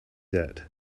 that